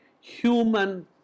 human